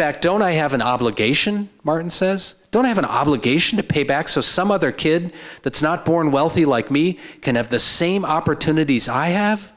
fact don't i have an obligation martin says don't have an obligation to pay back so some other kid that's not born wealthy like me can have the same opportunities i have